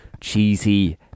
cheesy